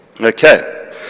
Okay